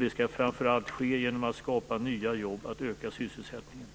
Det skall framför allt ske genom att nya jobb skapas och att sysselsättningen